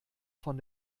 von